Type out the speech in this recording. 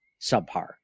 subpar